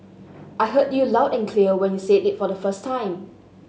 I heard you loud and clear when you said it the first time